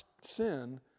sin